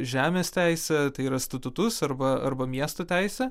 žemės teisę tai yra statutus arba arba miesto teisę